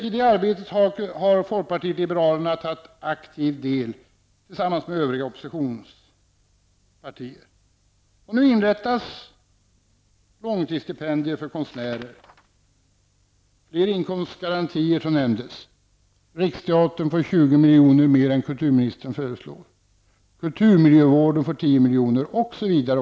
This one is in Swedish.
I det arbetet har folkpartiet liberalerna tagit aktiv del tillsammans med de övriga oppositionspartierna. Nu inrättas långtidsstipendier för konstnärer. Det skall bli flera inkomstgarantier, vilket redan har nämnts. Riksteatern får 20 miljoner mera än vad kulturministern föreslog. Kulturmiljövården får 10 miljoner osv.